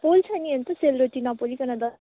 पोल्छ नि अन्त सेलरोटी नपोलिकन त